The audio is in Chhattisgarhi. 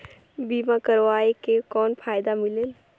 बीमा करवाय के कौन फाइदा मिलेल?